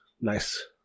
nice